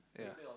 yeah